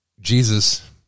Jesus